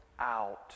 out